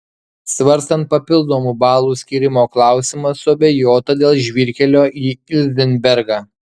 svarstant papildomų balų skyrimo klausimą suabejota dėl žvyrkelio į ilzenbergą